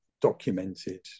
documented